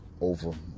over